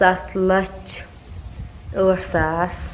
سَتھ لَچھ ٲٹھ ساس